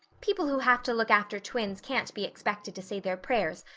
people who have to look after twins can't be expected to say their prayers.